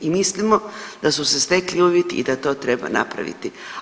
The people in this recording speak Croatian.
I mislimo da su se stekli uvjeti i da to treba napraviti.